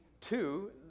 two